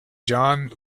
john